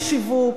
איש שיווק,